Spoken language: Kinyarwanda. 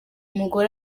mugore